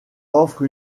offre